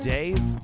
Dave